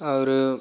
और